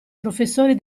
professori